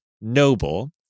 noble